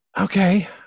Okay